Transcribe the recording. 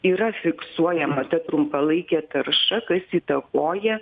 yra fiksuojama ta trumpalaikė tarša kas įtakoja